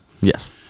Yes